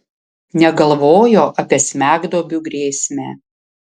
negalvojo apie smegduobių grėsmę